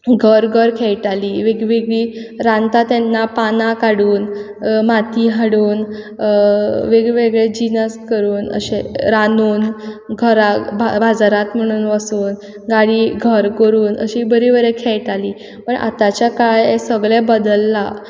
घर घर खेयटालीं वेगवेगळी रांदता तेन्ना पानां काडून माती हाडून वेगवेगळे जिनस करून अशे रांदून घरा बाजाराक म्हणून वसून नाजाल्या घर करून अशें बरें बरें खेयटाली बट आतांच्या काळान हें सगलें बदललां